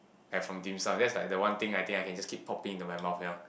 have from Dim Sum that's like the one thing I think I can just keep popping into my mouth ya